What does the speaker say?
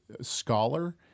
scholar